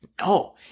No